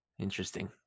Interesting